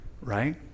Right